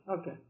okay